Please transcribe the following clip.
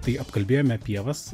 tai apkalbėjome pievas